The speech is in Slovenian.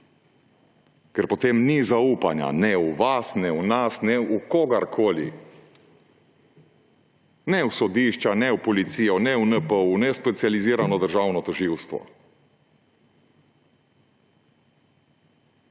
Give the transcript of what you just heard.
Ker potem ni zaupanja ne v vas ne v nas, v kogarkoli, ne v sodišča, ne v policijo, ne v NPU, ne v specializirano državno tožilstvo.